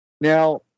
Now